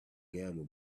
gamble